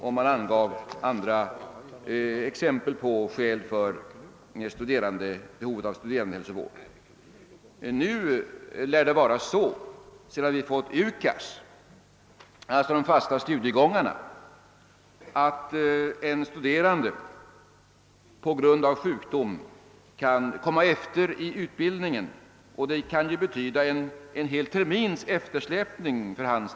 Det angavs också andra exempel på och skäl för behovet av studerandehälsovård. Sedan vi nu har fått UKAS med fasta studiegångar kan det vara så att en studerande på grund av sjukdom kan halka efter i utbildningen en hel termin.